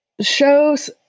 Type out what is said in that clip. shows